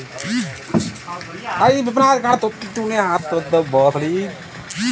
कृपया बताएँ सक्रिय खाता किसे कहते हैं?